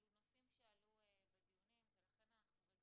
אלו נושאים שעלו בדיונים ולכן אנחנו רגע